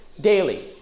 daily